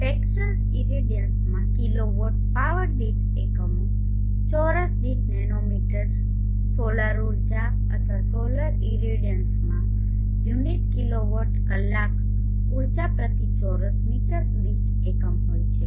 spectral ઇરેડિયન્સમાં kilowatt power દીઠ એકમો ચોરસ દીઠ નેનોમીટર સોલર ઊર્જા અથવા સોલર ઇરેડિયન્સમાં યુનિટ કિલોવોટ કલાક ઊર્જા પ્રતિ ચોરસ મીટર દીઠ એકમ હોય છે